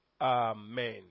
Amen